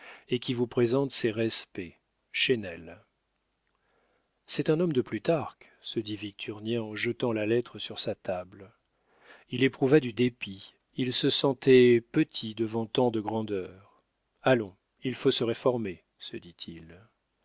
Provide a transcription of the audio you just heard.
et qui vous présente ses respects chesnel c'est un homme de plutarque se dit victurnien en jetant la lettre sur sa table il éprouva du dépit il se sentait petit devant tant de grandeur allons il faut se réformer se dit-il